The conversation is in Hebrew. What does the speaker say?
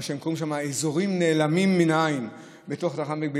שהם קוראים "אזורים נעלמים מהעין" בתוך התחנה,